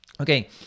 Okay